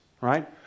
right